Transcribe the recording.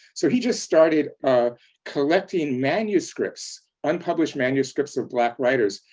so he just started collecting manuscripts, unpublished manuscripts of black writers.